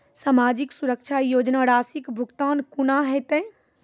समाजिक सुरक्षा योजना राशिक भुगतान कूना हेतै?